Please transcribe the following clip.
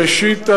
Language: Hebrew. ראשית,